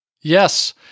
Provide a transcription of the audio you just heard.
Yes